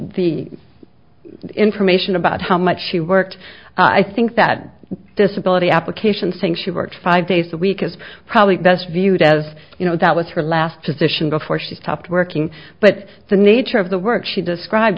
the information about how much she worked i think that disability application saying she worked five days a week is probably best viewed as you know that was her last position before she stopped working but the nature of the work she described